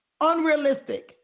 Unrealistic